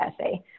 essay